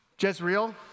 Jezreel